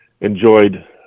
enjoyed